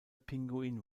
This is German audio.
pinguin